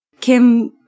Kim